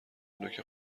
نوک